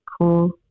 Cool